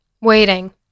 waiting